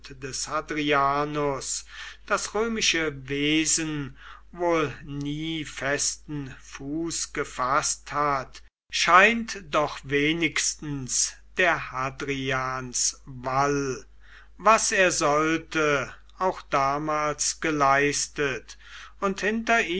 des hadrianus das römische wesen wohl nie festen fuß gefaßt hat scheint doch wenigstens der hadrianswall was er sollte auch damals geleistet und hinter